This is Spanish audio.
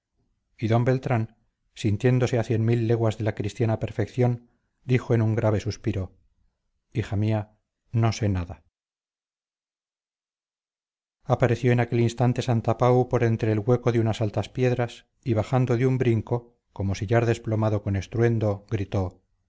d beltrán sintiéndose a cien mil leguas de la cristiana perfección dijo en un grave suspiro hija mía no sé nada apareció en aquel instante santapau por entre el hueco de unas altas piedras y bajando de un brinco como sillar desplomado con estruendo gritó